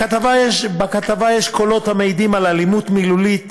בכתבה יש קולות המעידים על אלימות מילולית